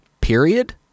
period